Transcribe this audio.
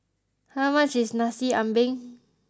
how much is Nasi Ambeng